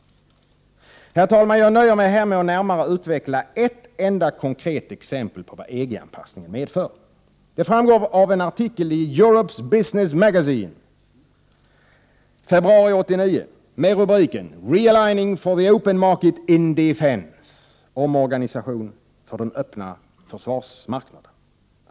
Herr talman! Jag nöjer mig här med att närmare utveckla ett enda konkret exempel på vad EG-anpassningen medför. Det framgår av en artikel i Europe's Business Magazine, februari 89, med rubriken Realigning for the open market in defence, alltså om organisation för den öppna försvarsmarknaden.